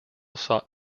sought